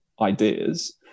ideas